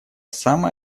самые